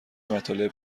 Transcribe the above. مطالب